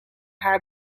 haar